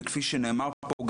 וכפי שנאמר פה,